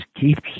keeps